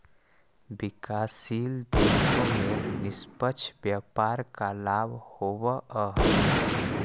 विकासशील देशों में निष्पक्ष व्यापार का लाभ होवअ हई